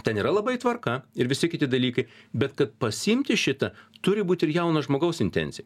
ten yra labai tvarka ir visi kiti dalykai bet kad pasiimti šitą turi būt ir jauno žmogaus intencija